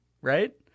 right